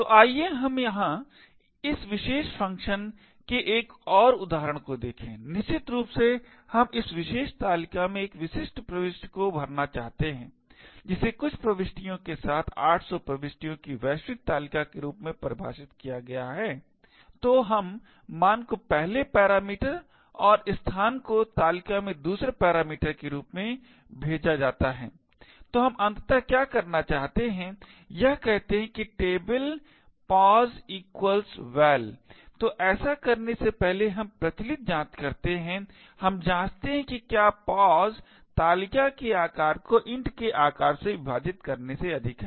तो आइए हम यहाँ इस विशेष फंक्शन के एक और उदाहरण को देखें निश्चित रूप से हम इस विशेष तालिका में एक विशेष प्रविष्टि को भरना चाहते हैं जिसे कुछ प्रविष्टियों के साथ 800 प्रविष्टियों की वैश्विक तालिका के रूप में परिभाषित किया गया है तो हम मान को पहले पैरामीटर और स्थान को तालिका में दूसरे पैरामीटर के रूप में भेजा जाता है तो हम अंततः क्या करना चाहते हैं यह कहते है कि tableposval तो ऐसा करने से पहले हम प्रचलित जांच करते हैं हम जांचते हैं कि क्या pos तालिका के आकार को int के आकार से विभाजित करने से अधिक है